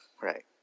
Right